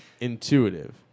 intuitive